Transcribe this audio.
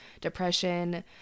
depression